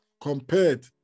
compared